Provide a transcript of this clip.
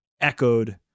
echoed